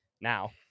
now